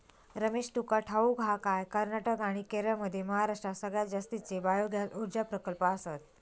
रमेश, तुका ठाऊक हा काय, कर्नाटक आणि केरळमध्ये महाराष्ट्रात सगळ्यात जास्तीचे बायोगॅस ऊर्जा प्रकल्प आसत